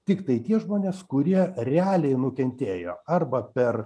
tiktai tie žmonės kurie realiai nukentėjo arba per